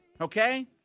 Okay